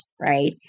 right